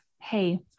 hey